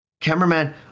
cameraman